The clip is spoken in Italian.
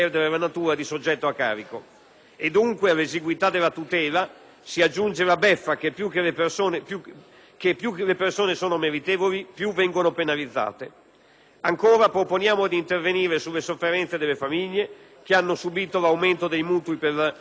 Dunque, all'esiguità della tutela si aggiunge la beffa: più le persone sono meritevoli e più vengono penalizzate. Ancora, proponiamo di intervenire sulle sofferenze delle famiglie che hanno subito l'aumento dei mutui per